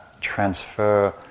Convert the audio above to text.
transfer